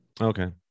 Okay